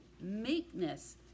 meekness